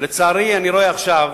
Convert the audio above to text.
לצערי, אני רואה עכשיו